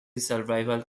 survival